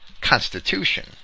Constitution